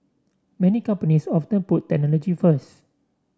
many companies often put technology first